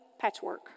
patchwork